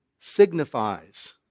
signifies